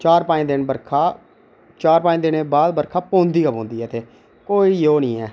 चार पंज दिन बर्खा चार पंज दिनें दे बाद बर्खा पौंदी गै पौंदी इत्थै कोई ओह् निं ऐ